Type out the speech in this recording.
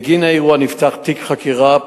בגין האירוע נפתח תיק חקירה.